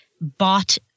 bought